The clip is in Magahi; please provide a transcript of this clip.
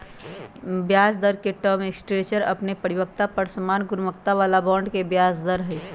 ब्याजदर के टर्म स्ट्रक्चर अनेक परिपक्वता पर समान गुणवत्ता बला बॉन्ड के ब्याज दर हइ